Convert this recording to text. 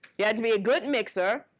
you had to be a good mixer,